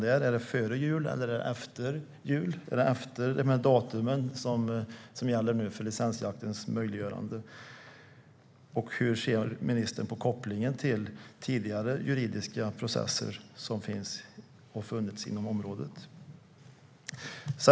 Är det före eller efter jul datumen för licensjaktens möjliggörande gäller? Och hur ser ministern på kopplingen till tidigare juridiska processer som har funnits inom området?